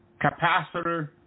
capacitor